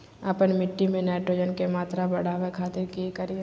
आपन मिट्टी में नाइट्रोजन के मात्रा बढ़ावे खातिर की करिय?